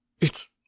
It's—